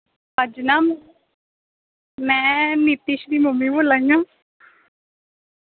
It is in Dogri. अज ना मैं नितीश दी मम्मी बोल्ला निं आं